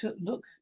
look